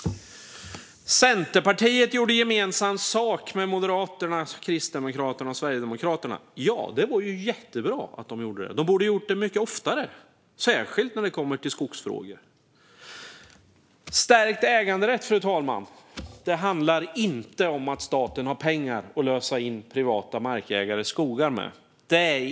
Centerpartiet gjorde gemensam sak med Moderaterna, Kristdemokraterna och Sverigedemokraterna. Ja, och det var jättebra att de gjorde det. De borde ha gjort det mycket oftare, särskilt i skogsfrågor. Stärkt äganderätt, fru talman, handlar inte om att staten har pengar att lösa in privata markägares skogar med.